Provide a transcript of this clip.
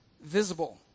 visible